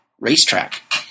racetrack